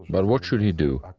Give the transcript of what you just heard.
but what should he do?